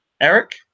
Eric